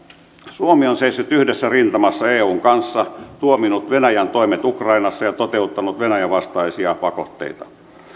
suomi on seissyt yhdessä rintamassa eun kanssa tuominnut venäjän toimet ukrainassa ja toteuttanut venäjän vastaisia pakotteita